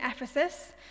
Ephesus